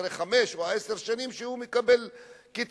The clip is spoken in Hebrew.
אחרי חמש או עשר שנים שהוא מקבל קצבה,